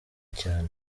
cyane